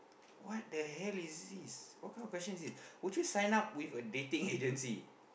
what the hell is this what kind of question is this would you sign up with a dating agency